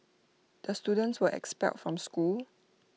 the students were expelled from school